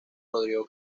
rodrigo